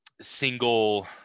single